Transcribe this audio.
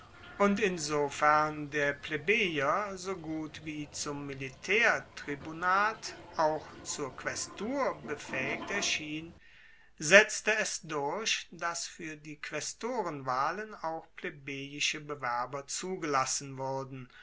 und insofern der plebejer so gut wie zum militaertribunat auch zur quaestur befaehigt erschien setzte es durch dass fuer die quaestorenwahlen auch plebejische bewerber zugelassen wurden